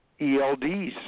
ELDs